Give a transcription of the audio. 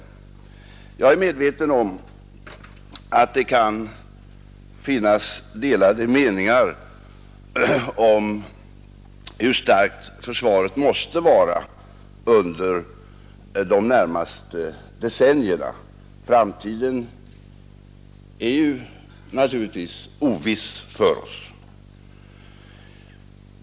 Jag är medveten om att det kan finnas delade meningar om hur starkt försvaret måste vara under de närmaste decennierna; framtiden är oviss.